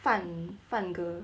饭饭 girl